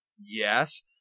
Yes